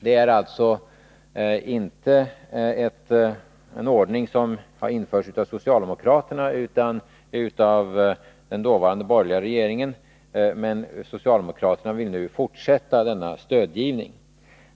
Det är alltså inte en ordning som har införts av socialdemokraterna utan av den dåvarande borgerliga regeringen, men socialdemokraterna vill nu fortsätta denna stödgivning.